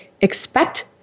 expect